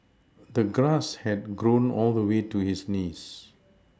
the grass had grown all the way to his knees